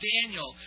Daniel